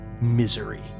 Misery